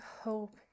hope